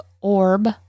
orb